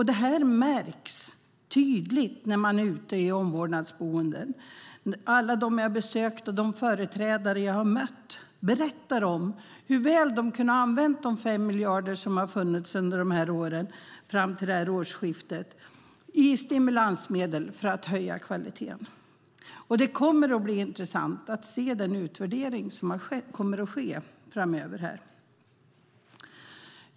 Det märks tydligt när man besöker omvårdnadsboenden. Alla dem jag besökt och de företrädare jag mött berättar om hur väl de kunnat använda de 5 miljarder som funnits som stimulansmedel under dessa år, fram till årsskiftet, för att höja kvaliteten. Det ska bli intressant att se den utvärdering som kommer att ske framöver.